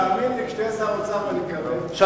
תאמין לי, כשתהיה שר אוצר, ואני